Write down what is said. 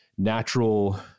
natural